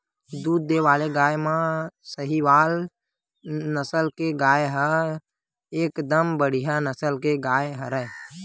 दूद देय वाले गाय म सहीवाल नसल के गाय ह एकदम बड़िहा नसल के गाय हरय